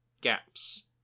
gaps